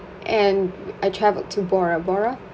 and I traveled to bora bora